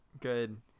good